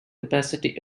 capacity